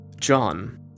John